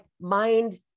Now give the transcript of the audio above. mind